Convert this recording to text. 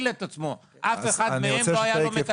לאף אחד מהם לא היתה מטפלת.